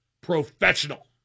professional